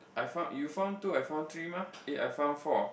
I found you found two I found three mah eh found four